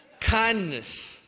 Kindness